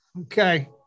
Okay